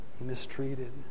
mistreated